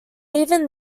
even